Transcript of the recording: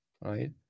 right